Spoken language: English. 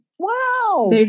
Wow